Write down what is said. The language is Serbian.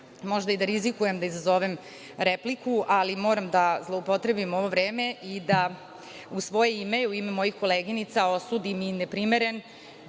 možda i da rizikujem da izazovem repliku, ali moram da zloupotrebim ovo vreme i da u svoje ime i u ime mojih koleginica osudim neprimerenu